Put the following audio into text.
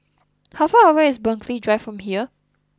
how far away is Burghley Drive from here